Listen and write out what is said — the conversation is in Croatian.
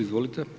Izvolite.